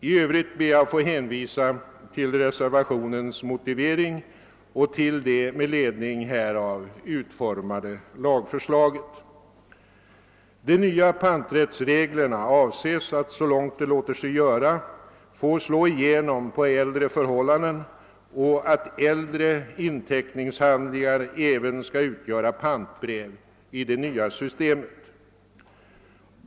I övrigt ber jag att få hänvisa till reservationens motivering och till det med ledning av denna utformade lagförslaget. De nya panträttsreglerna avses att, så långt det låter sig göra, få slå igenom på äldre förhållanden, och äldre inteckningshandlingar skall även utgöra pantbrev i det nya systemet.